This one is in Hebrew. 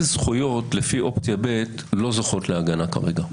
זכויות לפי אופציה ב' לא זוכות להגנה כרגע?